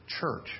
church